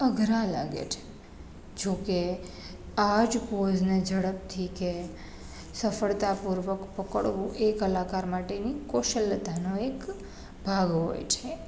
અઘરા લાગે છે જોકે આજ પોઝને ઝડપથી કે સફળતાપૂર્વક પકડવું એ કલાકાર માટેની કૌશલ્યતાનો એક ભાગ હોય છે